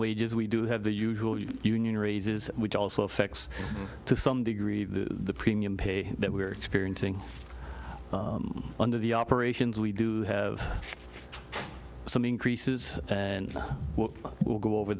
wages we do have the usual union raises which also effects to some degree the premium pay that we are experiencing under the operations we do have some increases and we'll go over